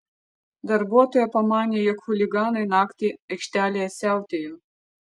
darbuotoja pamanė jog chuliganai naktį aikštelėje siautėjo